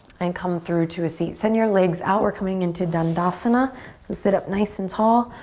and come through to a seat. send your legs out. we're coming into dundasana so sit up nice and tall.